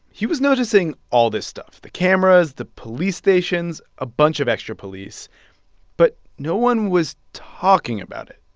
he was noticing all this stuff the cameras, the police stations, a bunch of extra police but no one was talking about it.